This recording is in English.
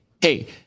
Hey